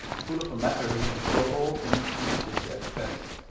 full of a matter he is before all things anxious to express,